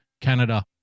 Canada